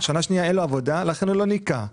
שנה שנייה אין לו עבודה לכן הוא לא ניכה,